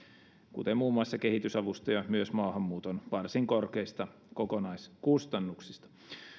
kuten muun muassa kehitysavusta ja myös maahanmuuton varsin korkeista kokonaiskustannuksista